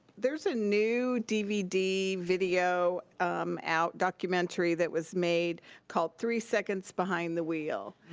there's a new dvd video out, documentary that was made called three seconds behind the wheel,